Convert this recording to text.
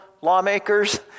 lawmakers